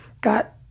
got